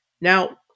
Now